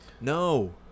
No